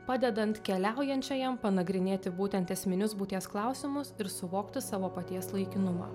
padedant keliaujančiajam panagrinėti būtent esminius būties klausimus ir suvokti savo paties laikinumą